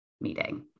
meeting